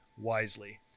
wisely